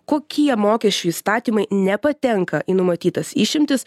kokie mokesčių įstatymai nepatenka į numatytas išimtis